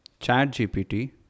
ChatGPT